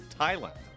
Thailand